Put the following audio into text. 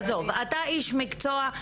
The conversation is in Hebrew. אתה איש מקצוע,